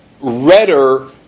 redder